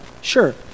sure